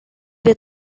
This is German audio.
wir